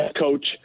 coach